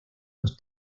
los